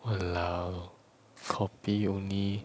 !walao! copy only